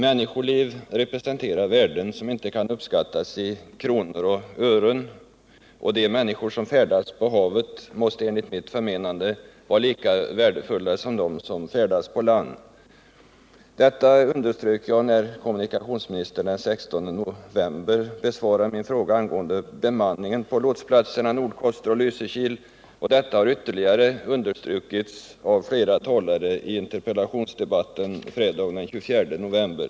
Människoliv representerar värden som inte kan uppskattas i kronor och ören, och de människor som färdas på havet måste enligt mitt förmenande vara lika värdefulla som de som färdas på land. Detta underströk jag när kommunikationsministern den 16 november besvarade min fråga angående bemanningen på lotsplatserna Nordkoster och Lysekil, och detta har ytterligare understrukits av flera talare i interpellationsdebatten fredagen den 24 november.